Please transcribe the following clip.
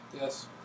Yes